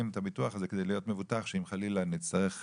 את הביטוח הזה כדי להיות מבוטח ושאם חלילה נצטרך סיעוד,